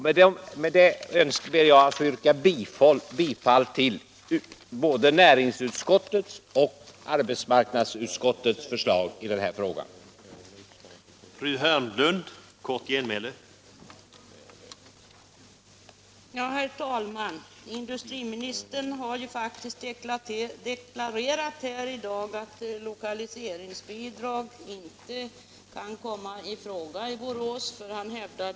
Med dessa ord ber jag att få yrka bifall till både näringsutskottets förslag Nr 138 i betänkandet nr 41 och arbetsmarknadsutskottets förslag i betänkandet